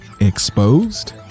exposed